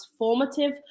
transformative